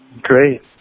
Great